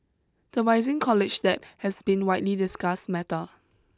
the rising college debt has been widely discussed matter